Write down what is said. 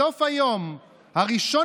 סליחה רגע, אני לא שומע.